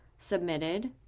submitted